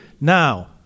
Now